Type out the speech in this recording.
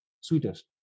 Sweetest